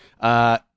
Uh-